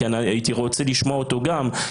כי הייתי רוצה לשמוע אותו גם,